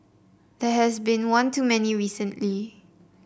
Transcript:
there has been one too many recently